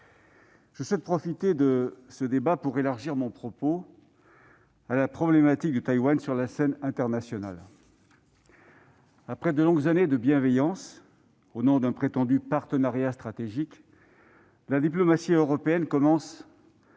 Je souhaite profiter de ce débat pour élargir mon propos à la problématique de Taïwan sur la scène internationale. Après de longues années de bienveillance au nom d'un prétendu « partenariat stratégique », la diplomatie européenne commence à